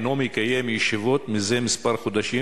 אינו מקיים ישיבות מזה מספר חודשים",